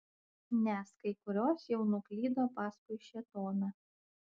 nes kai kurios jau nuklydo paskui šėtoną